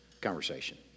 conversation